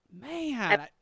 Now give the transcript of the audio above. Man